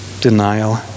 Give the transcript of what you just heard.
denial